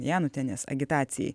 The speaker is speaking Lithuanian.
janutienės agitacijai